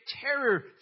terror